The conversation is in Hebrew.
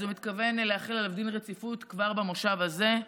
אז הוא מתכוון להחיל עליו דין רציפות כבר במושב הזה,